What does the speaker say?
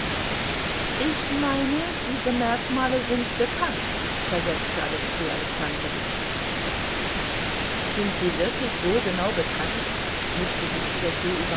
ich meine diese merkmale sind bekannt versetzte alexei alexandrowitsch sind sie wirklich so genau bekannt mischte sich